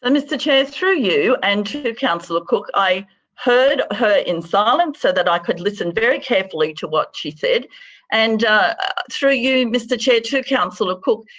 mr chair, through you and to councillor cook, i heard her in silence so that i could listen very carefully to what she said and through you, mr chair, to councillor cook,